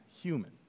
human